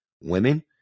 Women